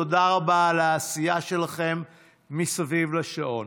תודה רבה על העשייה שלכם מסביב לשעון.